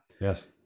yes